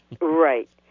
Right